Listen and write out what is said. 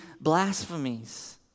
blasphemies